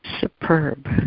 Superb